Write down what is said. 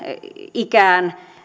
ikään